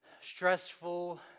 stressful